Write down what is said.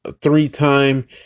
three-time